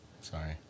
Sorry